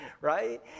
right